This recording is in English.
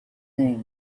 name